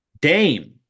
Dame